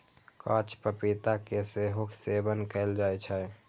कांच पपीता के सेहो सेवन कैल जाइ छै